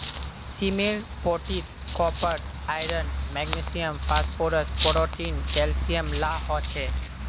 सीमेर पोटीत copper, iron, magnesium, phosphorus, protein, calcium ला हो छे